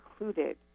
included